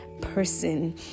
person